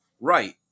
Right